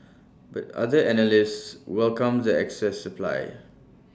but other analysts welcomed the excess supply